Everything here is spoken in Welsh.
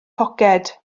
poced